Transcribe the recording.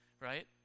right